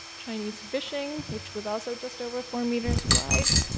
chinese fishing, which was also just over four meters wide,